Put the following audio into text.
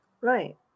right